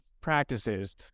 practices